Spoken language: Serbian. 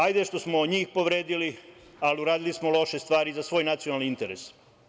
Ajde što smo njih povredili, ali uradili smo loše stvari i za svoj nacionalni interes.